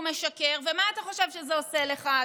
ומה אתה חושב שזה עושה לך, אדון קיש?